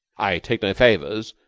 i take favors,